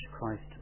Christ